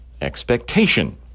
expectation